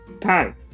Time